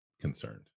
concerned